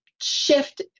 shift